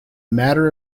matter